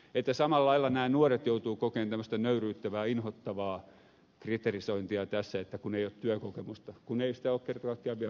samalla lailla nämä nuoret joutuvat kokemaan tämmöistä nöyryyttävää inhottavaa kriterisointia tässä että ei ole työkokemusta kun ei sitä ole kerta kaikkiaan vielä voinut olla